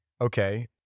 Okay